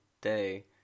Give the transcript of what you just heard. day